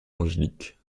angélique